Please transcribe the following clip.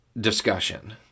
discussion